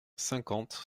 cinquante